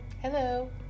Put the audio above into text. Hello